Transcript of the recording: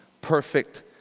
perfect